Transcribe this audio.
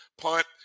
punt